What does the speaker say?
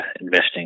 investing